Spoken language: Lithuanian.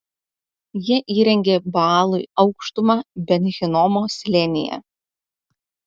jie įrengė baalui aukštumą ben hinomo slėnyje